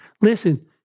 Listen